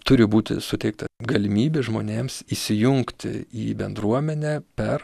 turi būti suteikta galimybė žmonėms įsijungti į bendruomenę per